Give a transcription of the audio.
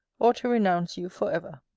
or to renounce you for ever.